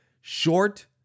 short